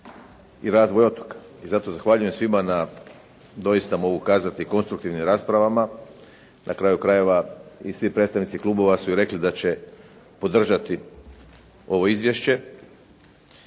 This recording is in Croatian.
i razvoj otoka. I zaista zahvaljujem svima na, doista mogu kazati konstruktivnim raspravama. Na kraju krajeva i svi predstavnici klubova su i rekli da će podržati ovo izvješće